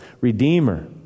Redeemer